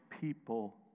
people